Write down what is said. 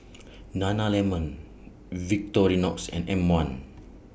Nana Lemon Victorinox and M one